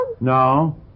No